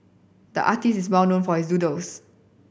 the artist is well known for his doodles